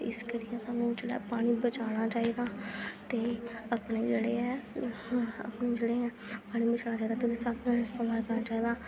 इस करियै सानूं जेह्ड़ा पानी बचाना चाहिदा ते अपने जेह्ड़े ऐ अपने जेह्ड़े ऐ समाधान करना चाहिदा